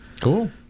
Cool